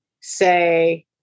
say